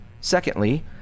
Secondly